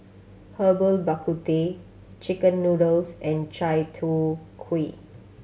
Herbal Bak Ku Teh chicken noodles and chai tow kway